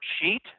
sheet